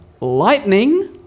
Lightning